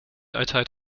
altijd